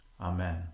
Amen